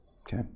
okay